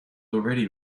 already